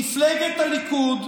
מפלגת הליכוד,